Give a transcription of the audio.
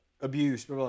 abuse